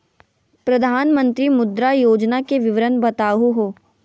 प्रधानमंत्री मुद्रा योजना के विवरण बताहु हो?